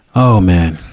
oh, man.